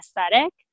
aesthetic